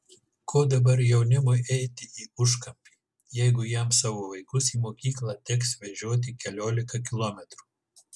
ko dabar jaunimui eiti į užkampį jeigu jam savo vaikus į mokyklą teks vežioti keliolika kilometrų